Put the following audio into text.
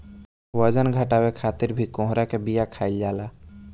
बजन घटावे खातिर भी कोहड़ा के बिया खाईल जाला